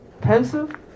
pensive